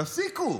תפסיקו.